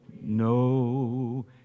no